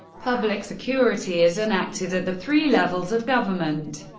public security is enacted at the three levels of government,